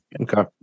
Okay